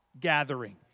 gathering